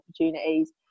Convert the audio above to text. opportunities